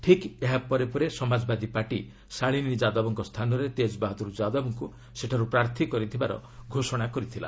ଠିକ୍ ଏହା ପରେ ପରେ ସମାଜବାଦୀ ପାର୍ଟି ଶାଳିନୀ ଯାଦବଙ୍କ ସ୍ଥାନରେ ତେଜ୍ ବାହାଦୁର ଯାଦବଙ୍କୁ ସେଠାରୁ ପ୍ରାର୍ଥୀ କରିଥିବାର ଘୋଷଣା କରିଥିଲା